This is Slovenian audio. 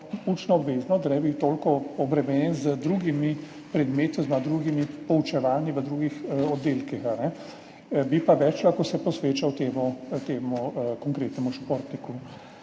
učno obveznost, da ne bil toliko obremenjen z drugimi predmeti oziroma drugimi poučevanji v drugih oddelkih, bi pa se lahko več posvečal temu konkretnemu športniku.